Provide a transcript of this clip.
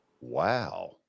Wow